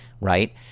right